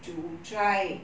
to try